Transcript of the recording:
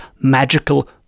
magical